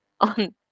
on